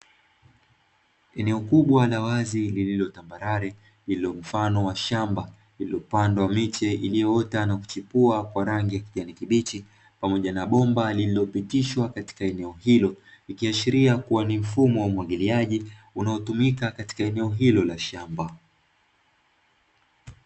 Eneo kubwa la wazi lililo tambarale lililo mfano wa shamba lililopandwa miche iliyoota na kuchipua kwa rangi ya kijani kibichi, pamoja na bomba lililopitishwa katika eneo hilo likiashiria kuwa ni mfumo wa umwagiliaji unaotumika katika eneo hilo la shamba.